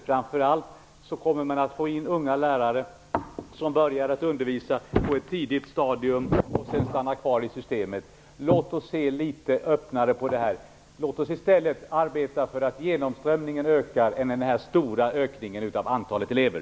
Framför allt kommer man att få in unga lärare som börjar undervisa på ett tidigt stadium och sedan stannar kvar i systemet. Låt oss se litet öppnare på detta. Låt oss arbeta för att genomströmningen skall öka i stället för att det skall ske en stor ökning av antalet elever.